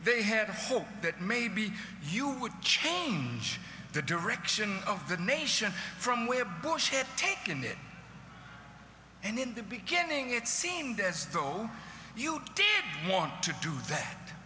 they had a hope that maybe you would change the direction of the nation from where bush had taken it and in the beginning it seemed as though you did want to do that